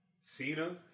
Cena